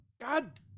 God